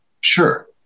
Sure